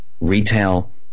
retail